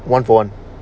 one for one